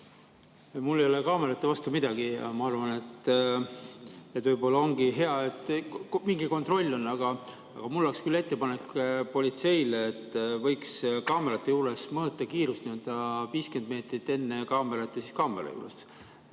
Mul ei ole kaamerate vastu midagi ja ma arvan, et võib-olla ongi hea, et mingi kontroll on, aga mul oleks küll ettepanek politseile, et võiks kaamerate juures mõõta kiirust 50 meetrit enne kaamerat ja siis kaamera juures.